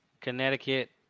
Connecticut